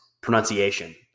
pronunciation